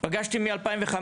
פגשתי מ-2015,